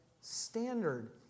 standard